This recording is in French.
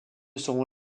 seront